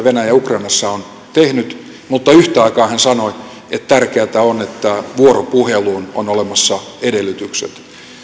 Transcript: venäjä ukrainassa on tehnyt mutta yhtä aikaa hän sanoi että tärkeätä on että vuoropuheluun on olemassa edellytykset